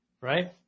Right